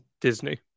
disney